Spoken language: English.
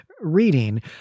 reading